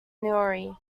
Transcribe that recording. newry